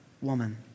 woman